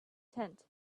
tent